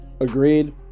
Agreed